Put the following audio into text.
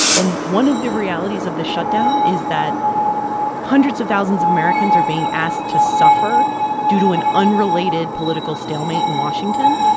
and one of the realities of the shutdown is that hundreds of thousands of americans are being asked to suffer due to an unrelated political stalemate in washington.